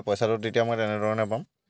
পইচাটো তেতিয়া মই তেনেধৰণে পাম